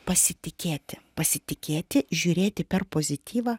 pasitikėti pasitikėti žiūrėti per pozityvą